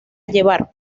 lleva